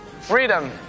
freedom